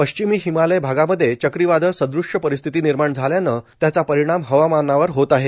पश्चिमी हिमालय भागामध्ये चक्रीवादळ सदृश्य परिस्थिती निर्माण झाल्यानं त्याचा परिणाम हवामानावर होत आहे